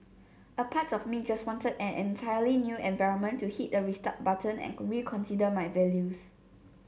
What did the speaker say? a part of me just wanted an entirely new environment to hit the restart button and reconsider my values